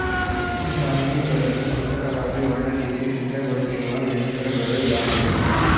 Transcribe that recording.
ಧಾನ್ಯಗಳನ್ನು ಕೃತಕವಾಗಿ ಒಣಗಿಸಿ ಸಿದ್ದಗೊಳಿಸುವ ಯಂತ್ರಗಳು ಯಾವುವು?